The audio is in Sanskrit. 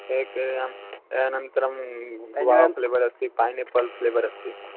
एकययां या अनन्तरं ग्वावा फ्लेवर् अस्ति पैनापल् फ्लेवर् अस्ति